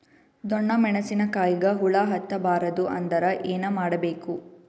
ಡೊಣ್ಣ ಮೆಣಸಿನ ಕಾಯಿಗ ಹುಳ ಹತ್ತ ಬಾರದು ಅಂದರ ಏನ ಮಾಡಬೇಕು?